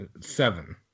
Seven